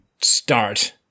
start